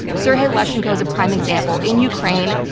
serhiy leshchenko is a prime example. in ukraine,